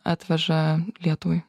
atveža lietuvai